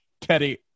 Teddy